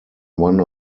one